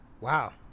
Wow